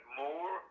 more